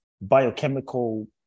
Biochemical